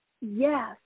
yes